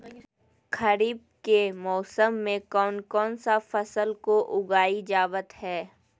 खरीफ के मौसम में कौन कौन सा फसल को उगाई जावत हैं?